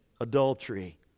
adultery